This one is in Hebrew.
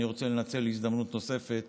אני רוצה לנצל הזדמנות נוספת